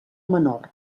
menor